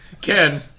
Ken